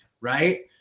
Right